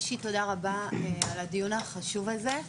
ראשית תודה רבה על הדיון החשוב הזה.